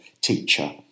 teacher